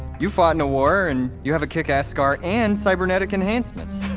you fought in a war, and you have a kickass scar and cybernetic enhancements